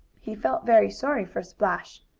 he felt very sorry for splash.